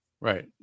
Right